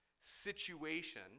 situation